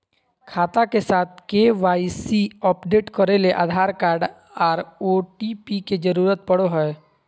खाता के साथ के.वाई.सी अपडेट करे ले आधार कार्ड आर ओ.टी.पी के जरूरत पड़ो हय